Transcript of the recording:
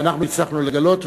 ואנחנו הצלחנו לגלות.